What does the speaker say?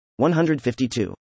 152